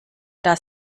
das